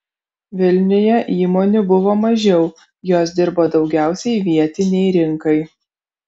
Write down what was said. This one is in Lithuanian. vilniuje įmonių buvo mažiau jos dirbo daugiausiai vietinei rinkai